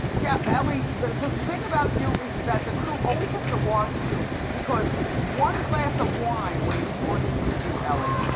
yeah ellie, the thing about you is is that the crew always has to watch you, because one glass of wine weighs more that you do, ellie.